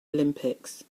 olympics